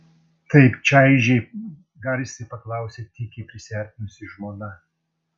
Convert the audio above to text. taip čaižiai garsiai paklausė tykiai prisiartinusi žmona